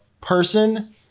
person